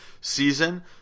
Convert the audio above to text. season